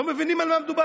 לא מבינים על מה מדובר.